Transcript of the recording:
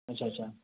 अच्छा अच्छा